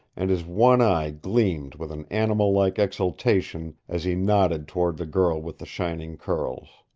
and his one eye gleamed with an animal-like exultation as he nodded toward the girl with the shining curls